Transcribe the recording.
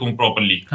properly